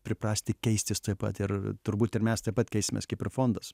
priprasti keistis taip pat ir turbūt ir mes taip pat keisimės kaip ir fondas